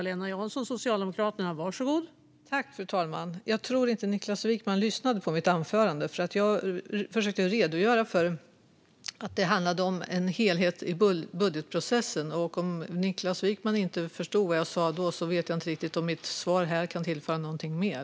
Fru talman! Jag tror inte att Niklas Wykman lyssnade på mitt anförande. Jag försökte redogöra för att det handlade om en helhet i budgetprocessen. Om Niklas Wykman inte förstod vad jag sa då vet jag inte riktigt om mitt svar här kan tillföra någonting mer.